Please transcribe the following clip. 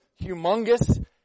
humongous